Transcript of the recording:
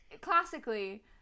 classically